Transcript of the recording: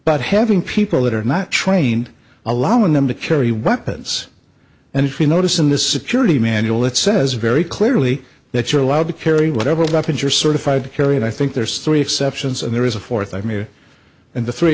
but having people that are not trained allowing them to carry weapons and if you notice in this security manual it says very clearly that you're allowed to carry whatever weapons you're certified to carry and i think there's three exceptions and there is a fourth i mean and the three